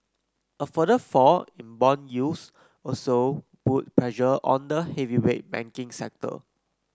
a further fall in bond yields also put pressure on the heavyweight banking sector